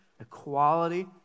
equality